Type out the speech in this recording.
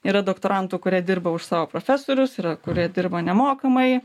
yra doktorantų kurie dirba už savo profesorius kurie dirba nemokamai